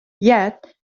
yet